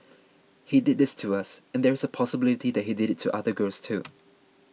he did this to us and there is a possibility that he did it to other girls too